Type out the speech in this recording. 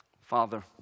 Father